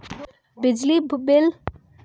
बिजली बिल भुगतान की रसीद हम कहां से ले सकते हैं?